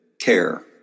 care